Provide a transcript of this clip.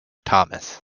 thomas